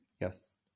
yes